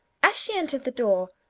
as she entered the door,